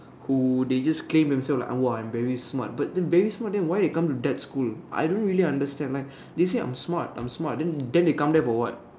who they just claim themselves like !wah! I am very smart to be smart but then very smart then why they come to that school I don't really understand like they say I'm smart I'm smart then they come there for what